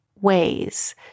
ways